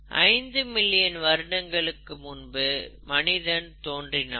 5 million வருடங்களுக்கு முன்பு மனிதன் தோன்றினான்